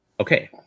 okay